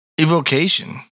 Evocation